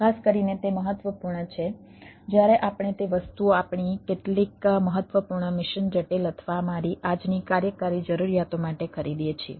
ખાસ કરીને તે મહત્વપૂર્ણ છે જ્યારે આપણે તે વસ્તુઓ આપણી કેટલીક મહત્વપૂર્ણ મિશન જટિલ અથવા મારી આજની કાર્યકારી જરૂરિયાત માટે ખરીદીએ છીએ